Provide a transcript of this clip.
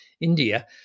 India